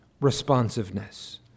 responsiveness